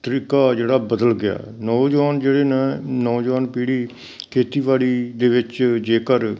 ਤਰੀਕਾ ਜਿਹੜਾ ਬਦਲ ਗਿਆ ਨੌਜਵਾਨ ਜਿਹੜੇ ਨੇ ਨੌਜਵਾਨ ਪੀੜੀ ਖੇਤੀਬਾੜੀ ਦੇ ਵਿੱਚ ਜੇਕਰ